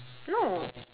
no